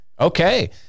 okay